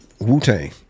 Wu-Tang